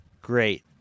great